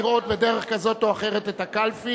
לראות בדרך כזאת או אחרת את הקלפי,